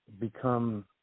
become